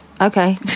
okay